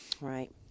Right